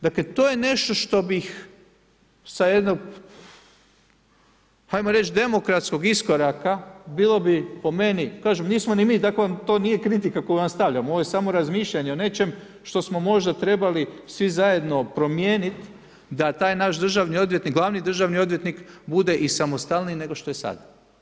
Dakle, to je nešto što bih sa jednog ajmo reći demokratskog iskoraka bilo bi po meni, kažem, nismo ni mi, tako vam to nije kritika koju vam stavljamo, ovo je samo razmišljanje o nečem što smo možda trebali svi zajedno promijeniti da taj naš državni odvjetnik, glavni državni odvjetnik bude i samostalniji nego što je sada.